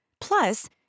Plus